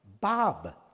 Bob